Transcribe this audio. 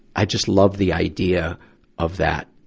i just love the idea of that